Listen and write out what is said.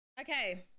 Okay